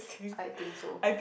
I think so